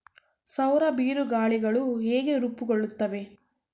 ಸೌರ ಬಿರುಗಾಳಿಗಳು ಹೇಗೆ ರೂಪುಗೊಳ್ಳುತ್ತವೆ?